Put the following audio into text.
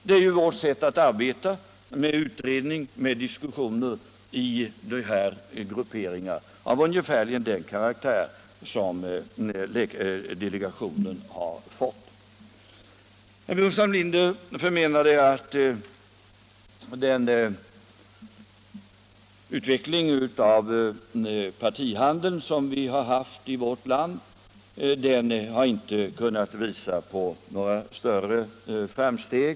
Det är ju vårt sätt att arbeta: med utredning, med diskussioner och med instrument av ungefär den karaktär som delegationen har. Herr Burenstam Linder menade att med den utveckling som parti handeln haft i vårt land har man inte kunnat visa på några större framsteg.